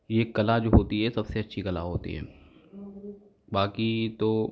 यह कला जो होती है सबसे अच्छी कला होती है बाकी तो